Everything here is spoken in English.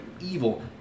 evil